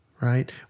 right